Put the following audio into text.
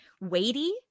weighty